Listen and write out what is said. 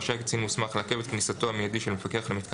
רשאי קצין מוסמך לעכב את כניסתו המיידית של מפקח למיתקן